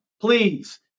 please